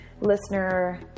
listener